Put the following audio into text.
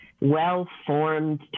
well-formed